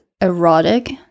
erotic